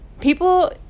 people